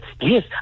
Yes